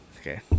Okay